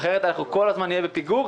אחרת אנחנו כל הזמן נהיה בפיגור.